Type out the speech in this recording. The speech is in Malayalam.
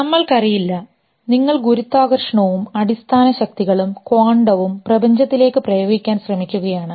നമ്മൾക്ക് അറിയില്ല നിങ്ങൾ ഗുരുത്വാകർഷണവും അടിസ്ഥാന ശക്തികളും ക്വാണ്ടവും പ്രപഞ്ചത്തിലേക്ക് പ്രയോഗിക്കാൻ ശ്രമിക്കുകയാണ്